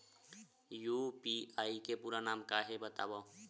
UPI के पूरा नाम का हे बतावव?